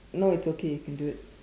no it's okay you can do it